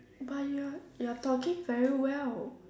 but you are you are talking very well